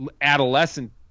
adolescent